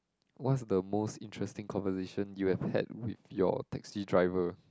what's the most interesting conversation you have had with your taxi driver